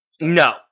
No